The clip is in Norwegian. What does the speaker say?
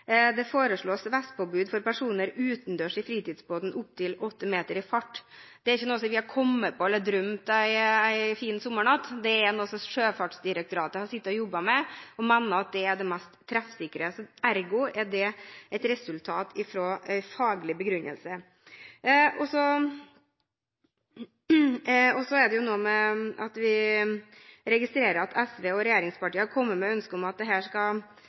Det foreslås vestpåbud for personer utendørs i fritidsbåter opp til 8 meter i fart. Det er ikke noe som vi har kommet på eller drømt om en fin sommernatt. Dette er noe Sjøfartsdirektoratet har sittet og jobbet med, og som de mener er det mest treffsikre. Ergo er det en faglig begrunnelse. Så registrerer vi at SV og regjeringspartiene har kommet med ønsker om at dette skal gjelde barn. Så så jeg på nyhetene i går at Redningsselskapet omtaler det